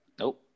nope